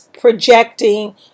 projecting